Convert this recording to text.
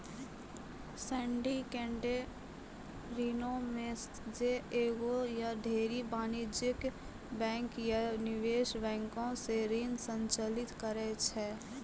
syndicated ऋणो मे जे एगो या ढेरी वाणिज्यिक बैंक या निवेश बैंको से ऋण संचालित करै छै